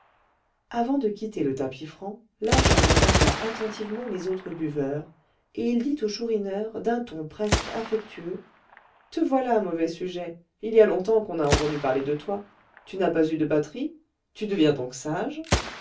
avant de quitter le tapis franc l'agent regarda attentivement les autres buveurs et il dit au chourineur d'un ton presque affectueux te voilà mauvais sujet il y a longtemps qu'on n'a entendu parler de toi tu n'as pas eu de batteries tu deviens donc sage